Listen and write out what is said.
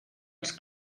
els